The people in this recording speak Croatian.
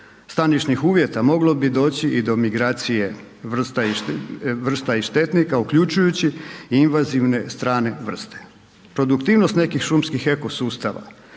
stanišnih uvjeta moglo bi doći i do migracije vrsta i štetnika, uključujući i invazivne strane vrste. Produktivnost nekih šumskih eko sustava